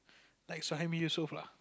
like Suhami-Yusof lah